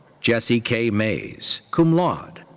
jessie k. maes, cum laude.